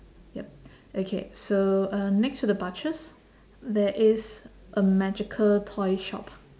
yup okay so uh next to the butchers there is a magical toy shop